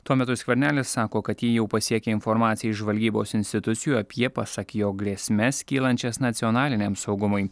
tuo metu skvernelis sako kad jį jau pasiekė informacija iš žvalgybos institucijų apie pasak jo grėsmes kylančias nacionaliniam saugumui